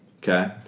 Okay